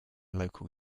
local